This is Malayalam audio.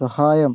സഹായം